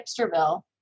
Hipsterville